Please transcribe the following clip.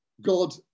God